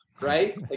right